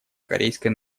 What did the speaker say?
корейской